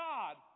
God